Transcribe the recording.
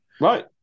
Right